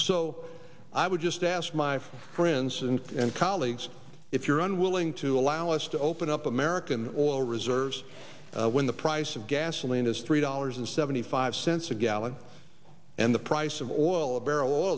so i would just ask my friends and colleagues if you're unwilling to allow us to open up american oil reserve when the price of gasoline is three dollars and seventy five cents a gallon and the price of oil a barrel